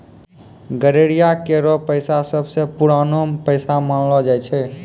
गड़ेरिया केरो पेशा सबसें पुरानो पेशा मानलो जाय छै